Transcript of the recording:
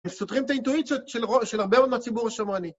הם סותרים את האינטואיציות של הרבה מאוד מהציבור השומרני...